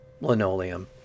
Linoleum